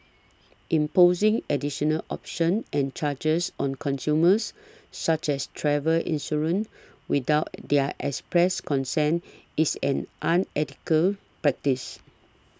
imposing additional options and charges on consumers such as travel insurance without their express consent is an unethical practice